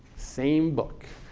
same book.